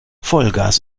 vollgas